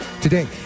today